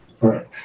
Right